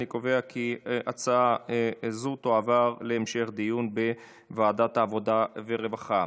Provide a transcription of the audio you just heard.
אני קובע כי הצעה זו תועבר להמשך דיון בוועדת העבודה והרווחה.